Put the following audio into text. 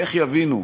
איך יבינו?